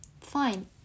fine